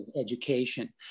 education